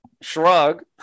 shrug